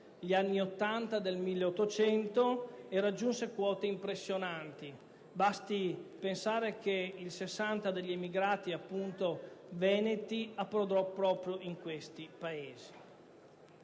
gli anni '80 del 1800, raggiunse quote impressionanti: basti pensare che il 60 per cento degli emigrati veneti approdò proprio in questi Paesi.